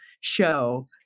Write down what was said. show